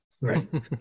right